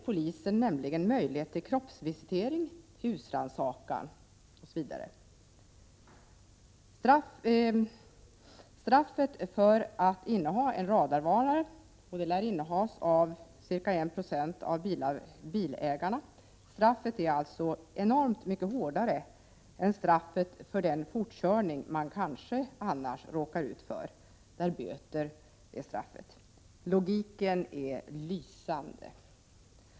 ZI polisen möjlighet till kroppsvisitering, husrannsakan osv. Straffet för att inneha en radarvarnare — sådana lär innehas av ca 1 90 av bilägarna — är alltså enormt mycket hårdare än straffet för den fortkörning man annars kunde råka ut för, där böter är straffet. Logiken är lysande.